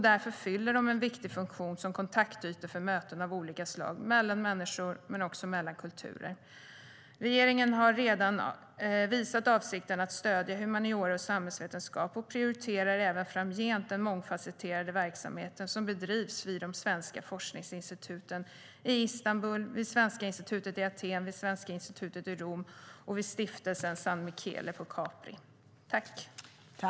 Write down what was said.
Därför har de en viktig funktion som kontaktytor för möten av olika slag mellan människor men också mellan kulturer.